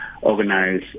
organize